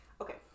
Okay